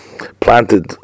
planted